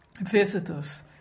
visitors